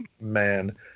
man